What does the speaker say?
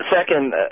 second